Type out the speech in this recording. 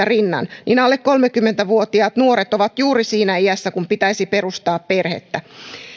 rinnan niin alle kolmekymmentä vuotiaat nuoret ovat juuri siinä iässä kun pitäisi perustaa perhettä